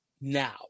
now